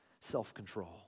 self-control